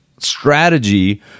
strategy